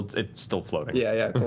it's still floating. yeah yeah